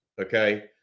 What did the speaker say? okay